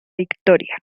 victoria